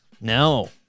No